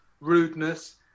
rudeness